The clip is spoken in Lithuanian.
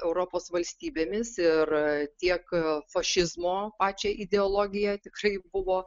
europos valstybėmis ir tiek fašizmo pačią ideologiją tikrai buvo